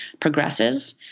progresses